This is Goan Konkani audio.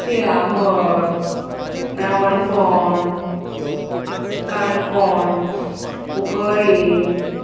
तिळामळ रावणफोण काणकोण कुंकळ्ळे